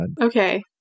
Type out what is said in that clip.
Okay